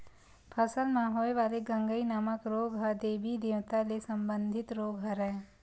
फसल म होय वाले गंगई नामक रोग ह देबी देवता ले संबंधित रोग हरय